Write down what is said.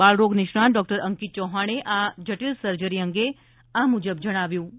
બાળરોગ નિષ્ણાત ડો અંકિત ચૌહાણે આ જટિલ સર્જરી અંગે આ મુજબ જણાવ્યું હતું